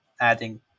adding